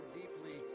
deeply